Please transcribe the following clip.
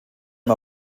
ihm